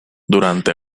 durante